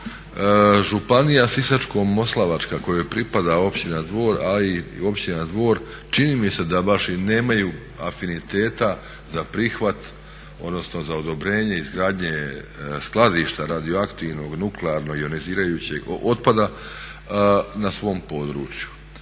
županija Sisačko-moslavačka kojoj pripada općina Dvor a i općina Dvor čini mi se da baš i nemaju afiniteta za prihvat odnosno za odobrenje i izgradnje skladišta radioaktivnog nuklearnog ionizirajućeg otpada na svom području.